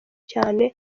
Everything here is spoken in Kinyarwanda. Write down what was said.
cyane